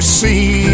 see